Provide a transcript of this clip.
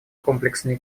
комплексные